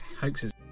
Hoaxes